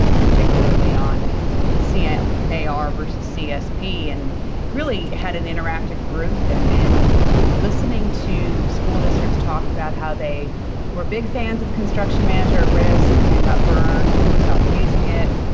ah particularly on cmar ah versus csp and really had an interactive group and and listening to school districts talk about how they were big fans of construction manager at risk and then got burned and stopped using it.